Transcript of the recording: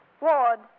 Ward